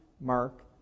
Mark